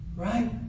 Right